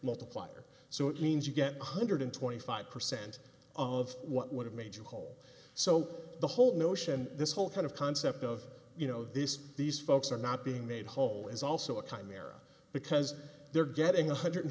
multiplier so it means you get one hundred twenty five percent of what would have made you whole so the whole notion this whole kind of concept of you know this these folks are not being made whole is also a time era because they're getting one hundred